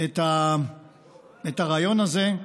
את הרעיון הזה.